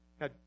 Now